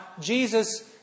Jesus